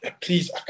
please